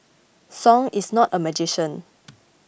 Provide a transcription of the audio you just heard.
Song is not a magician